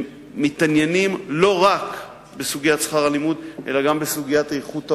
הם מתעניינים לא רק בסוגיית שכר הלימוד אלא גם בסוגיית איכות ההוראה.